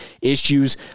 issues